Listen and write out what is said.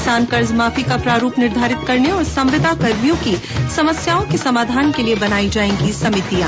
किसान कर्जमाफी का प्रारुप निर्धारित करने और संविदाकर्मियों की समस्याओं के समाधान के लिए बनाई जायेंगी समितियां